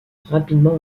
rapidement